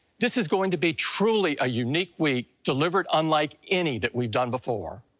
this is going to be truly a unique week, delivered unlike any that we've done before.